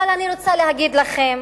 אבל אני רוצה להגיד לכם